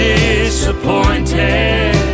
disappointed